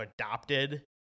adopted